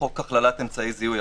חוק הכללת אמצעי זיהוי,